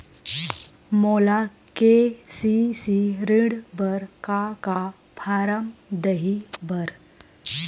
मोला के.सी.सी ऋण बर का का फारम दही बर?